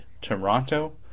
Toronto